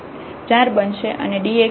તેથી તે 4 બનશે અને dx એ 1 બનશે